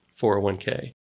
401k